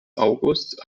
august